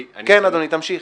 כן, אדוני, תמשיך.